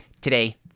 Today